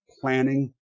planning